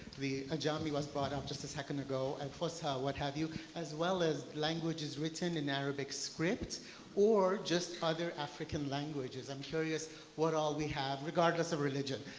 the ajami was brought up just a second ago and fusa, what have you. as well as languages written in arabic script or just other african languages. i'm curious what all we have regardless of religion.